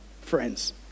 Friends